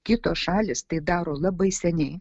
kitos šalys tai daro labai seniai